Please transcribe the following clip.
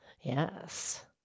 Yes